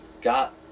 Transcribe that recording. got